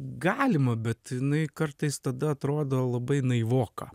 galima bet jinai kartais tada atrodo labai naivoka